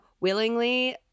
Willingly